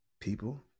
People